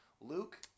Luke